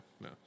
no